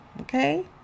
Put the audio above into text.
okay